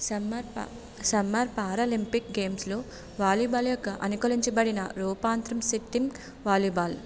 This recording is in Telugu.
సమ్మర్ పా సమ్మర్ పారాలింపిక్ గేమ్స్లో వాలీబాల్ యొక్క అనుకూలించబడిన రూపాంతరం సిట్టింగ్ వాలీబాల్